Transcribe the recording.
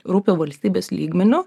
rūpi valstybės lygmeniu